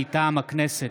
מטעם הכנסת,